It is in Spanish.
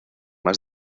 más